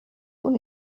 und